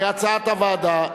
כהצעת הוועדה.